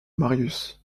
marius